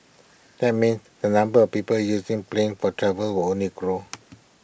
that means the number of people using planes for travel will only grow